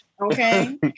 Okay